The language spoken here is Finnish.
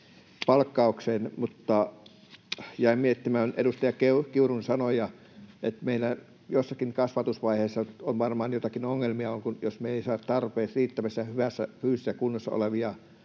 palkkaukseen. Jäin miettimään edustaja Kiurun sanoja, että meillä jossakin kasvatusvaiheessa varmaan joitakin ongelmia on, jos me ei saada tarpeeksi riittävän hyvässä fyysisessä kunnossa olevia